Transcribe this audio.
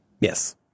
Yes